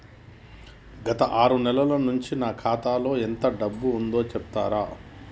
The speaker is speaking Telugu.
గత ఆరు నెలల నుంచి నా ఖాతా లో ఎంత డబ్బు ఉందో చెప్తరా?